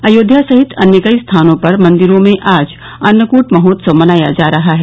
अयोध्या सहित अन्य कई स्थानों पर मंदिरों में आज अन्नकूट महोत्सव मनाया जा रहा है